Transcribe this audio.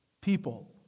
people